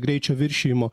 greičio viršijimo